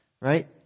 Right